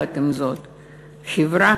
החברה